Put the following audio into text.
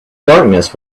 darkness